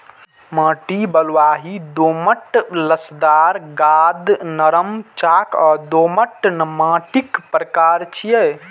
माटि बलुआही, दोमट, लसदार, गाद, नरम, चाक आ दोमट माटिक प्रकार छियै